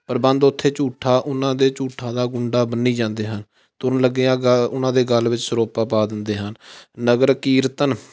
ਪ੍ਰਬੰਧ ਉੱਥੇ ਝੂਠਾ ਉਹਨਾਂ ਦੇ ਝੂਠਾਂ ਦਾ ਗੁੰਡਾ ਬੰਨੀ ਜਾਂਦੇ ਹਨ ਤੁਰਨ ਲੱਗਿਆਂ ਗੱ ਉਹਨਾਂ ਦੇ ਗੱਲ ਵਿੱਚ ਸਰੋਪਾ ਪਾ ਦਿੰਦੇ ਹਨ ਨਗਰ ਕੀਰਤਨ